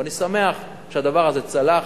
אני שמח שהדבר הזה צלח,